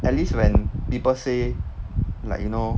at least when people say like you know